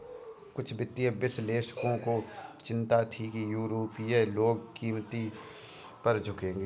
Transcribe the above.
कुछ वित्तीय विश्लेषकों को चिंता थी कि यूरोपीय लोग कीमतों पर झुकेंगे